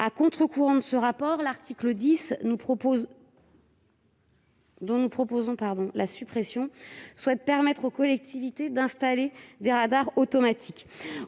À contre-courant de ce rapport, l'article 10 du projet de loi, dont nous proposons la suppression, permet aux collectivités d'installer des radars automatiques.